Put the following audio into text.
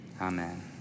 Amen